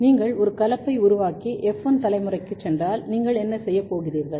நீங்கள் ஒரு கலப்பை உருவாக்கி எஃப் 1 தலைமுறைக்குச் சென்றால் நீங்கள் என்ன செய்யப் போகிறீர்கள்